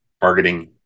targeting